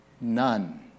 none